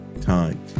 time